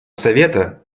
совета